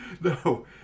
No